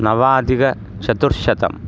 नवाधिक चतुःशतम्